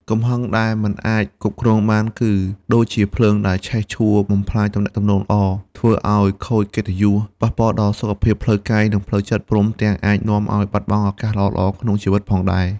កំហឹងដែលមិនអាចគ្រប់គ្រងបាន គឺដូចជាភ្លើងដែលឆេះឆួលបំផ្លាញទំនាក់ទំនងល្អ ធ្វើឱ្យខូចកិត្តិយស ប៉ះពាល់ដល់សុខភាពផ្លូវកាយ និងផ្លូវចិត្ត ព្រមទាំងអាចនាំឱ្យបាត់បង់ឱកាសល្អៗក្នុងជីវិតផងដែរ។